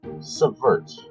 subvert